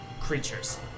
creatures